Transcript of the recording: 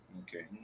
Okay